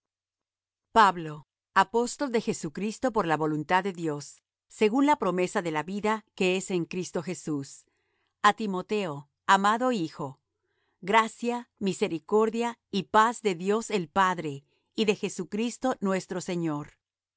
pablo apóstol de jesucristo por la ordenación de dios nuestro salvador y del señor jesucristo nuestra esperanza a timoteo verdadero hijo en la fe gracia misericordia y paz de dios nuestro padre y de cristo jesús nuestro señor